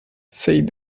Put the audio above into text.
said